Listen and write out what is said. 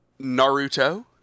Naruto